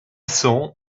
saw